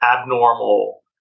abnormal